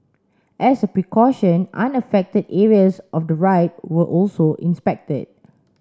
as a precaution unaffected areas of the ride were also inspected